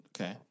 Okay